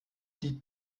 die